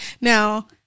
now